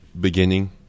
beginning